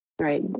right